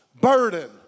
burden